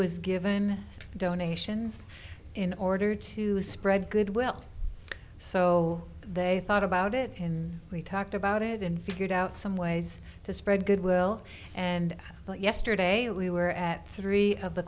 was given donations in order to spread goodwill so they thought about it in we talked about it and figured out some ways to spread goodwill and yesterday we were at three of the